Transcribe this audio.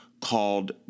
called